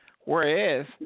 Whereas